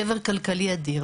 זה שבר כלכלי אדיר.